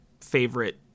favorite